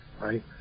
right